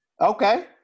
Okay